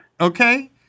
Okay